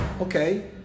Okay